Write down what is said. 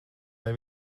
vai